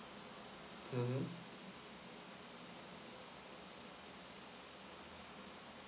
mmhmm